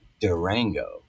Durango